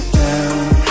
down